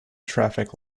traffic